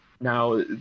Now